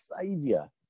Savior